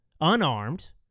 unarmed